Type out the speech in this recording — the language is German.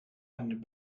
einen